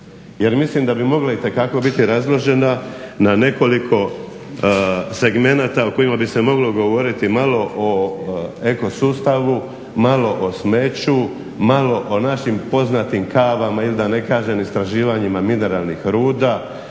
jer mislim da bi mogla biti itekako biti razložena na nekoliko segmenata o kojima bi se moglo govoriti malo o eko sustavu, malo o smeću, malo o našim poznatim kavama ili da ne kažem istraživanjima mineralnih ruda,